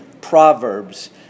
Proverbs